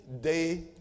day